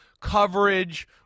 coverage